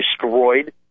destroyed